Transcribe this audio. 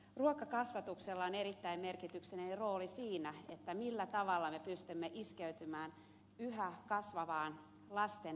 ruokakasvatuksella on erittäin merkityksellinen rooli siinä millä tavalla me pystymme iskeytymään yhä lisääntyvään lasten ylipainoon